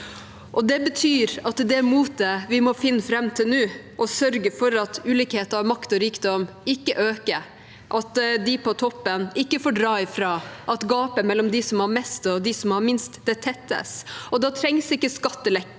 Det betyr at det er det motet vi må finne fram til nå og sørge for at ulikheten i makt og rikdom ikke øker, at de på toppen ikke får dra ifra, og at gapet mellom dem som har mest og dem som har minst, tettes. Da trengs ikke skattelette